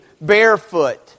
barefoot